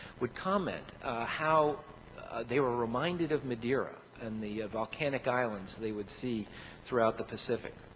would comment how they were reminded of madeira and the volcanic islands they would see throughout the pacific.